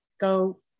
go